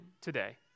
today